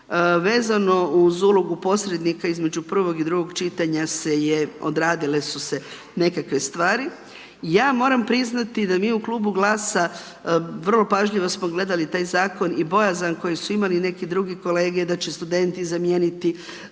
Vezano uz ulogu posrednika između prvog i drugog čitanja se je odradile su se nekakve stvari. Ja moram priznati da mi u klubu GLASA-a vrlo pažljivo smo gledali taj zakon i bojazan koji su imali i neki drugi kolege, da će studenti zamijeniti